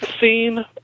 seen